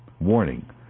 Warning